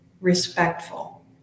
respectful